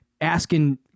asking